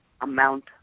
amount